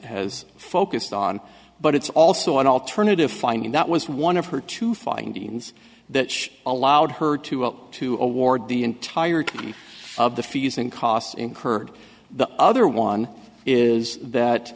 has focused on but it's also an alternative finding that was one of her two findings that she allowed her to go up to award the entirety of the fees and costs incurred the other one is that